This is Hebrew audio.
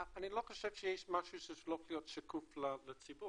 אני לא חושב שיש משהו שלא צריך להיות שקוף לציבור,